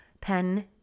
pen